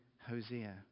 Hosea